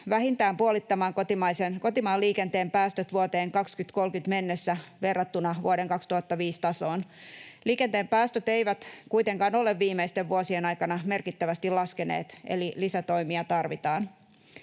vähintään puolittamaan kotimaan liikenteen päästöt vuoteen 2030 mennessä verrattuna vuoden 2005 tasoon. Liikenteen päästöt eivät kuitenkaan ole viimeisten vuosien aikana merkittävästi laskeneet, eli lisätoimia tarvitaan.